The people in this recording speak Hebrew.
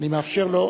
אני מאפשר לו.